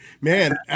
Man